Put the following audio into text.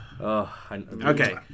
Okay